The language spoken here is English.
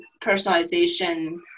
personalization